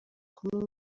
kumi